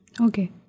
Okay